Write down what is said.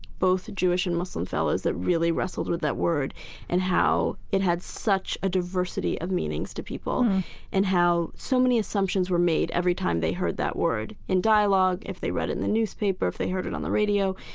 both jewish and muslim fellows that really wrestled with that word and how it had such a diversity of meanings to people and how so many assumptions were made every time they heard that word. in dialogue, if they read it in the newspaper, if they heard it on the radio,